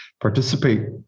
participate